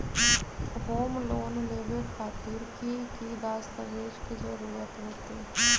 Home loan लेबे खातिर की की दस्तावेज के जरूरत होतई?